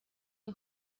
این